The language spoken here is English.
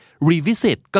Revisit